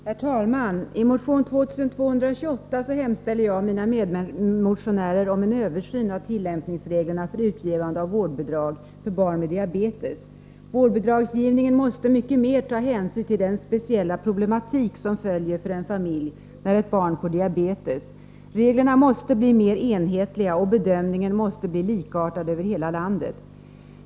Herr talman! I motion 2228 hemställer jag och mina medmotionärer om en översyn av tillämpningsreglerna för utgivande av vårdbidrag för barn med diabetes. När det gäller vårdbidragsgivningen måste man mycket mera än nu ta hänsyn till den speciella problematiken som följer för en familj när ett barn får diabetes. Reglerna måste bli mera enhetliga, och bedömningen måste bli likartad över hela landet.